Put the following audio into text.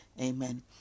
Amen